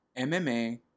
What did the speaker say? MMA